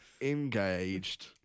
engaged